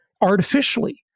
artificially